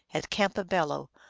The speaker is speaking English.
at campobello,